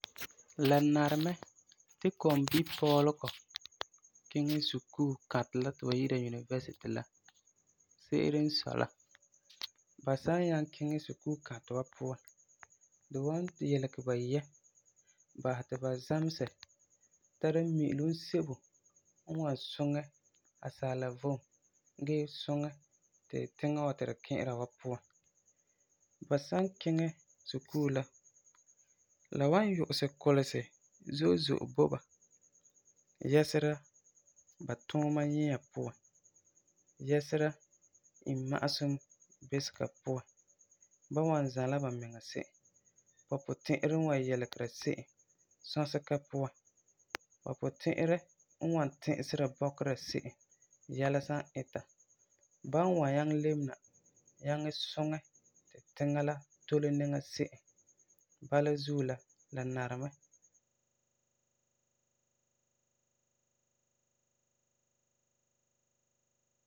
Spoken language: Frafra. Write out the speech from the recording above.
La nari mɛ ti kɔmbipɔɔlegɔ kiŋɛ sukuu kãtɛ la ti ba yi'ira University la, se'ere n sɔi la, ba san nyaŋɛ kiŋɛ sukuu kãtɛ wa puan, di wan yilegɛ ba yɛm, basɛ ti ba zamesɛ, tara mi'ilum sebo n wan suŋɛ asaala vom gee suŋɛ ti tiŋa wa ti tu ki'ira wa puan. Ba san kiŋɛ sukuu la, la wan yu'usɛ kulesi zo'e zo'e bo ba yɛsera ba tuuma nyia puan, yɛsera ba imma'asum bisega puan, ba n wan zãla bamiŋa se'em, ba puti'irɛ n wan yilegɛ se'em sɔsega puan, ba puti'irɛ n wan ti'isera bɔkera se'em yɛla san ita. Ba wan nyaŋɛ lebe na nyaŋɛ suŋɛ tiŋa tole niŋa se'em, bala zuo la, la nari mɛ.